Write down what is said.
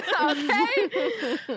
okay